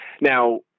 Now